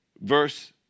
Verse